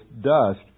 dust